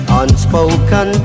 unspoken